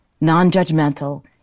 non-judgmental